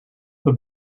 the